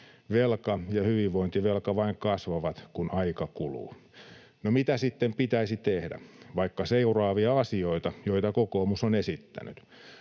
velka ja hyvinvointivelka vain kasvavat, kun aika kuluu. No mitä sitten pitäisi tehdä? Vaikka seuraavia asioita, joita kokoomus on esittänyt: